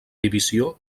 divisió